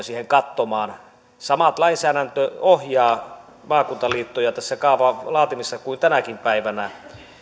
siihen katsomaan sama lainsäädäntö ohjaa maakuntaliittoja tässä kaavan laatimisessa kuin tänäkin päivänä